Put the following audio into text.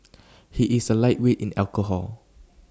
he is A lightweight in alcohol